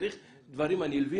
צריך את הדברים הנלווים,